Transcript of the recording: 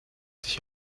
sich